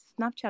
Snapchat